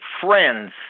friends